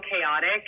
chaotic